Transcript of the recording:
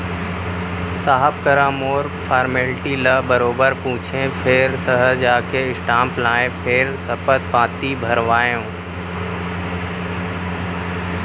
साहब करा मोर फारमेल्टी ल बरोबर पूछें फेर सहर जाके स्टांप लाएँ फेर सपथ पाती भरवाएंव